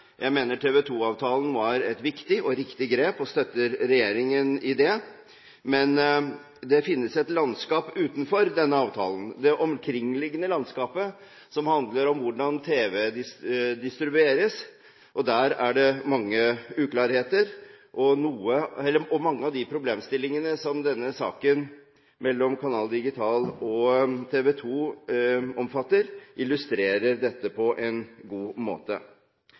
Jeg mener TV 2-avtalen var et viktig og riktig grep og støtter regjeringen i det. Men det finnes et landskap utenfor denne avtalen, det omkringliggende landskapet som handler om hvordan tv distribueres, og der er det mange uklarheter. Mange av de problemstillingene denne saken mellom Canal Digital og TV 2 omfatter, illustrerer dette på en god måte.